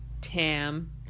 Tam